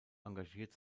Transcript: engagiert